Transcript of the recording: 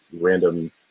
random